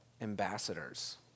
ambassadors